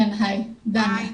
מייעוץ וחקיקה בבקשה.